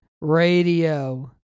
Radio